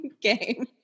game